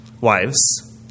wives